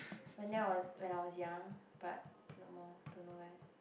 went there was when I was young but no more don't know where